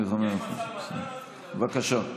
בבקשה,